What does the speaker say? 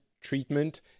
treatment